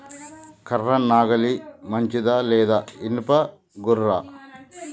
కర్ర నాగలి మంచిదా లేదా? ఇనుప గొర్ర?